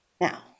Now